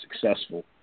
successful